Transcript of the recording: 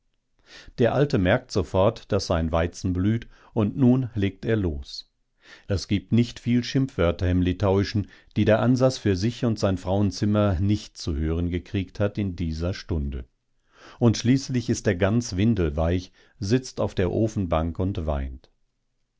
der alte merkt sofort daß sein weizen blüht und nun legt er los es gibt nicht viel schimpfwörter im litauischen die der ansas für sich und sein frauenzimmer nicht zu hören gekriegt hat in dieser stunde und schließlich ist er ganz windelweich sitzt auf der ofenbank und weint